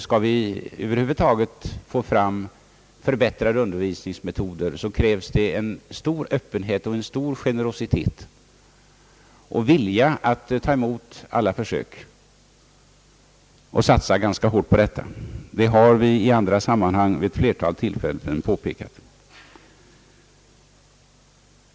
Skall vi över huvud taget få fram förbättrade undervisningsmetoder så krävs det en stor öppenhet och en stor generositet och vilja att ta emot alla försök och satsa ganska hårt på detta. Det har vi i andra sammanhang vid ett flertal tillfällen påpekat.